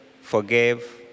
forgave